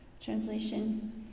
Translation